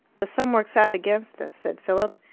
the sum works out against us, said philip.